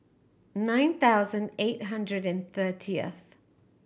nine thousand eight hundred and thirtyth